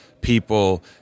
people